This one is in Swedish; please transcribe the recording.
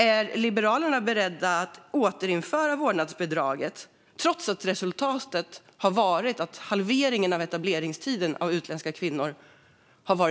Är Liberalerna beredda att återinföra vårdnadsbidraget trots att resultatet har varit en halvering av etableringstiden för utländska kvinnor?